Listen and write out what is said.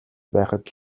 байхад